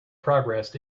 progress